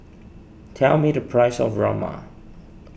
tell me the price of Rajma